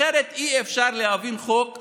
אחרת אי-אפשר להבין חוק כזה,